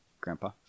Grandpa